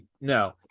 No